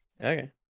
Okay